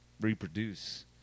reproduce